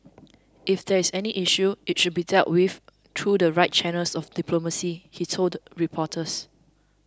if there is any issue it should be dealt with through the right channels of diplomacy he told reporters